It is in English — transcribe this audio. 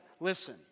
Listen